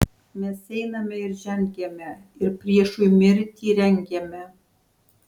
mes einame ir žengiame ir priešui mirtį rengiame